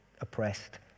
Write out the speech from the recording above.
oppressed